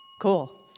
Cool